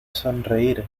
sonreír